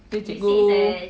tu cikgu